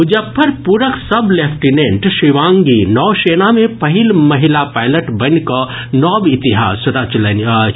मुजफ्फरपुरक sub lieutenant Shivangi नौसेना मे पहिल महिला पायलट बनि कऽ नव इतिहास रचलनि अछि